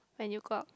when you go out